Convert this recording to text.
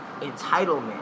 Entitlement